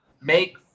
make